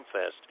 Fest